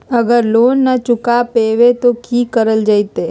अगर लोन न चुका पैबे तो की करल जयते?